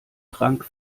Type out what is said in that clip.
trank